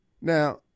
Now